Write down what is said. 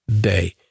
day